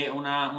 una